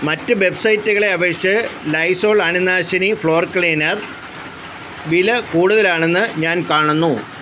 മറ്റ് വെബ്സൈറ്റുകളെ അപേക്ഷിച്ച് ലൈസോൾ അണുനാശിനി ഫ്ലോർ ക്ലീനർ വില കൂടുതലാണെന്ന് ഞാൻ കാണുന്നു